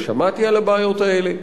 ושמעתי על הבעיות האלה.